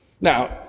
Now